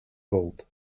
gold